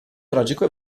tragico